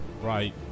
right